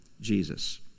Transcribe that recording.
Jesus